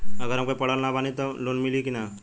अगर हम पढ़ल ना बानी त लोन मिली कि ना?